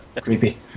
Creepy